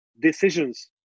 decisions